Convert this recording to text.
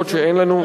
אף שאין לנו,